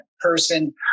person